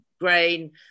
grain